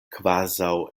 kvazaŭ